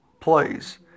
plays